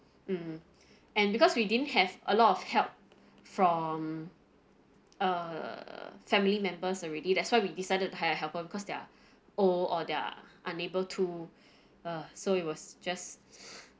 mm and because we didn't have a lot of help from err family members already that's why we decided to hire a helper because they're old or they're unable to uh so it was just